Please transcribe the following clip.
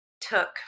took